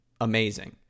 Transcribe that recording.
amazing